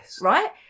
right